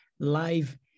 live